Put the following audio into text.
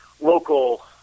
local